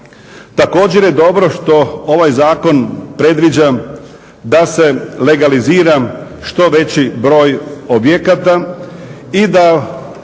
Također je dobro što ovaj zakon predviđa da se legalizira što veći broj objekata i da